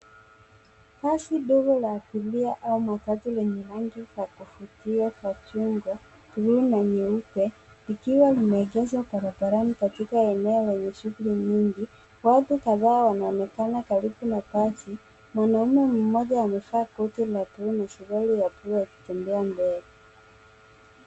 Basi dogo la abiria au matatu lenye rangi za kuvutia za chungwa, bluu na nyeupe likiwa limeegeshwa barabarani katika eneo lenye shughuli nyingi. Watu kadhaa wanaonekana karibu na basi. Mwanaume mmoja amevaa koti la bluu na suruali ya bluu akitembea mbele.